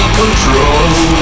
control